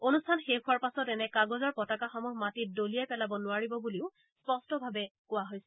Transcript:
অনুষ্ঠান শেষ হোৱাৰ পাছত এনে কাগজৰ পতাকাসমূহ মাটিত দলিয়াই পেলাব নোৱাৰিব বুলিও স্পষ্টভাৱে কোৱা হৈছে